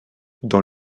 dans